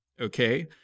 Okay